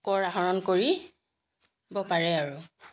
কৰ আহৰণ কৰিব পাৰে আৰু